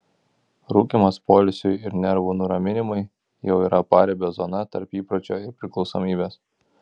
rūkymas poilsiui ir nervų nuraminimui jau yra paribio zona tarp įpročio ir priklausomybės